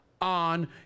on